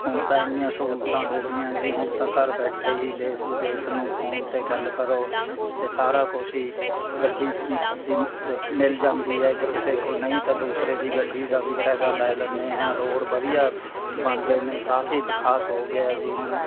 ਹੁਣ ਤਾਂ ਐਨੀਆਂ ਸਹੂਲਤਾਂ ਹੋ ਗਈਆਂ ਜੀ ਹੁਣ ਤਾਂ ਘਰ ਬੈਠੇ ਹੀ ਦੇਸ਼ ਵਿਦੇਸ਼ ਨੂੰ ਫ਼ੋਨ 'ਤੇ ਗੱਲ ਕਰੋ ਅਤੇ ਸਾਰਾ ਕੁਛ ਹੀ ਗੱਡੀ ਮਿਲ ਜਾਂਦੀ ਹੈ ਜੇ ਕਿਸੇ ਕੋਲ ਨਹੀਂ ਤਾਂ ਦੂਸਰੇ ਦੀ ਗੱਡੀ ਦਾ ਵੀ ਫਾਇਦਾ ਲੈ ਲੈਂਦੇ ਹੈ ਰੋਡ ਵਧੀਆ ਬਣ ਗਏ ਨੇ ਕਾਫ਼ੀ ਵਿਕਾਸ ਹੋ ਗਿਆ ਜੀ ਹੁਣ